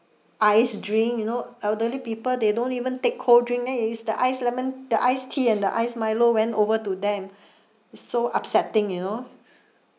iced drink you know elderly people they don't even take cold drink leh it's the iced lemon the iced tea and the iced milo went over to them it's so upsetting you know